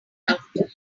after